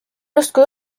justkui